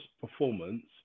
performance